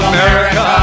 America